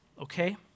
okay